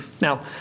Now